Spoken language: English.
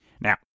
Now